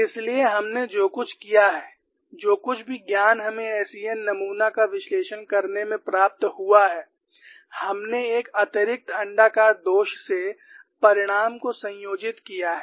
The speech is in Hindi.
इसलिए हमने जो कुछ किया है जो कुछ भी ज्ञान हमें SEN नमूना का विश्लेषण करने में प्राप्त हुआ है हमने एक अतिरिक्त अण्डाकार दोष से परिणाम को संयोजित किया है